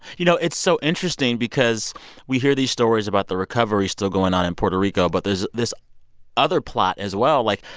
you know, it's so interesting because we hear these stories about the recovery still going on in puerto rico. but there's this other plot, as well. like,